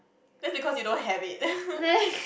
that's because you don't have it